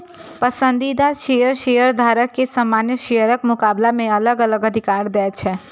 पसंदीदा शेयर शेयरधारक कें सामान्य शेयरक मुकाबला मे अलग अलग अधिकार दै छै